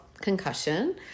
Concussion